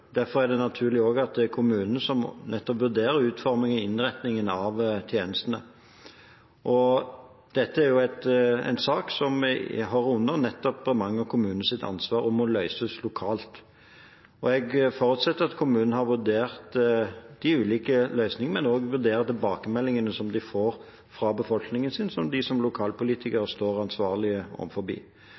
Derfor er det naturlig at det er kommunene som vurderer utformingen og innretningen av tjenestene. Dette er en sak som hører under Bremanger kommunes ansvar og må løses lokalt. Jeg forutsetter at kommunen har vurdert de ulike løsningene, men også vurderer tilbakemeldingene de får fra befolkningen sin, som de som lokalpolitikere står ansvarlig overfor. Så kan statsforvalteren som tilsynsmyndighet vurdere om